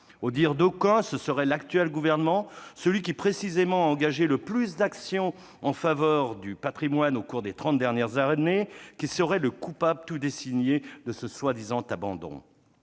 disent que ce serait l'actuel Gouvernement, celui qui précisément a engagé le plus d'actions en faveur du patrimoine au cours des trente dernières années, qui serait le coupable tout désigné de ce prétendu abandon.